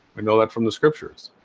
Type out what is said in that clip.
i know that from the scriptures